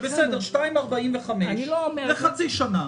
2.45% לחצי שנה?